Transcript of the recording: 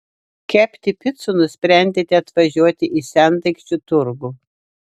kepti picų nusprendėte atvažiuoti į sendaikčių turgų